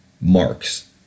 marks